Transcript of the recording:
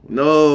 no